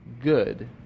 good